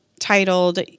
titled